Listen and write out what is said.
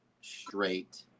straight